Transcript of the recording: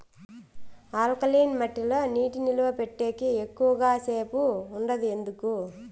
alkaline మట్టి లో నీటి నిలువ పెట్టేకి ఎక్కువగా సేపు ఉండదు ఎందుకు